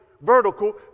vertical